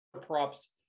props